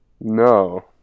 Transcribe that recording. No